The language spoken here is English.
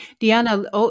Diana